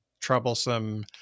troublesome